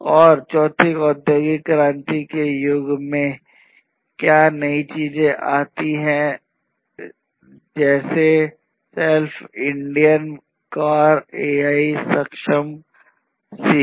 और इस चौथी औद्योगिक क्रांति युग में क्या नई चीजें आई हैं जैसे सेल्फ ड्राइविंग कार AI सक्षम सिरी